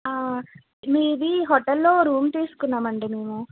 మీది హూటల్లో రూమ్ తీసుకున్నాం ఆండీ మేము